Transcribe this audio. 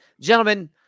gentlemen